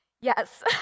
Yes